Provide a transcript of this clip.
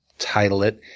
title it,